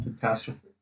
catastrophic